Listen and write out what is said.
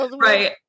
Right